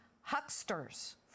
Hucksters